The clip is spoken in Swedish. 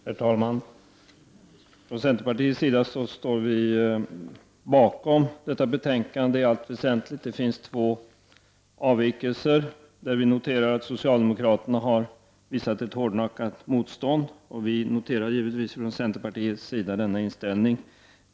Herr talman! Centerpartiet instämmer i allt väsentligt i det som står i betänkandet. Det framgår att socialdemokraterna på två punkter har gjort ett hårdnackat motstånd, och vi noterar givetvis med intresse deras inställning.